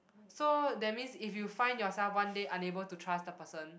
so that means if you find yourself one day unable to trust the person